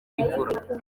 imvura